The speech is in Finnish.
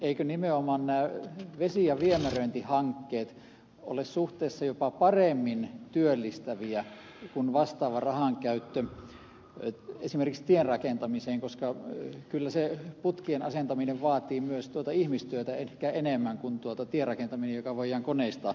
eivätkö nimenomaan vesi ja viemäröintihankkeet ole suhteessa jopa paremmin työllistäviä kuin vastaavan rahan käyttö esimerkiksi tierakentamiseen koska kyllä se putkien asentaminen vaatii ehkä myös ihmistyötä enemmän kuin tierakentaminen joka voidaan koneistaa